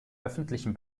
öffentlichen